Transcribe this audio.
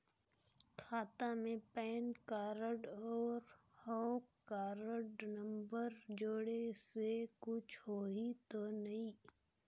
खाता मे pan card और हव कारड नंबर जोड़े से कुछ होही तो नइ?